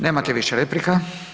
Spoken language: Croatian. Nemate više replika.